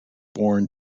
born